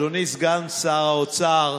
אדוני סגן שר האוצר,